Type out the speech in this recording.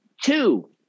two